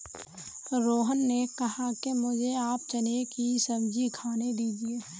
रोहन ने कहा कि मुझें आप चने की सब्जी खाने दीजिए